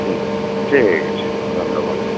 হ্যাঁ ঠিক আছে ধন্যবাদ